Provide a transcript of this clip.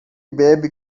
bebe